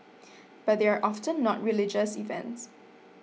but they are often not religious events